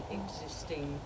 existing